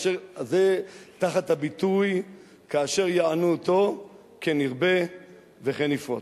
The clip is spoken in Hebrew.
זה תחת הביטוי "כאשר יענו אותו כן ירבה וכן יפרוץ".